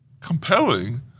compelling